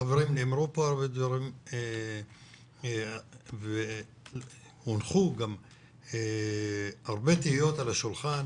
חברים, נאמרו והונחו כאן הרבה תהיות על השולחן